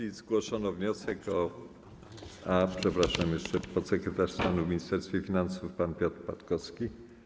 W dyskusji zgłoszono wniosek o... A, przepraszam, jeszcze podsekretarz stanu w Ministerstwie Finansów pan Piotr Patkowski.